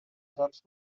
judge